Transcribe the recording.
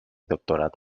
doctorat